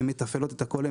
הן מתפעלות את הכול,